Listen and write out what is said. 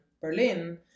Berlin